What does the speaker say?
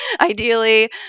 ideally